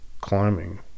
climbing